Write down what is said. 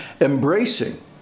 embracing